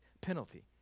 penalty